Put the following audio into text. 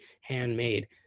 handmade